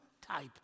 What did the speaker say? type